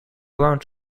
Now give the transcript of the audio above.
wound